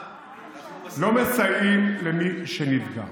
לא מסייעים למי שנדבק.